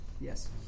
Yes